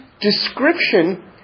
description